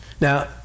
Now